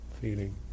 feeling